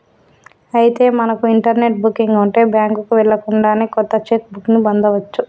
అయితే మనకు internet booking ఉంటే బ్యాంకుకు వెళ్ళకుండానే కొత్త చెక్ బుక్ ని పొందవచ్చు